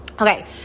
Okay